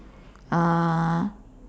uh